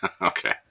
okay